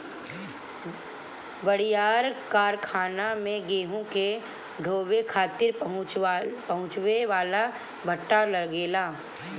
बड़ियार कारखाना में गेहूं के ढोवे खातिर पहुंचावे वाला पट्टा लगेला